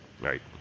Right